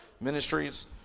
ministries